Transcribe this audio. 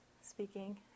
speaking